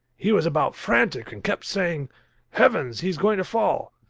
he was about frantic and kept saying heavens, he's going to fall.